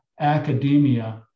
academia